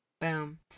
boom